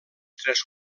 tres